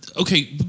okay